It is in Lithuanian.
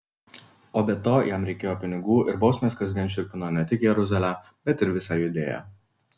o be to jam reikėjo pinigų ir bausmės kasdien šiurpino ne tik jeruzalę bet ir visą judėją